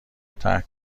ترک